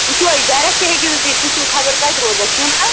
وُچھ حظ ڈایریٚکٹ ہیکو نہٕ تُہۍ تُہۍ چھُو خبر کَتہ روزان چھُو نہ حظ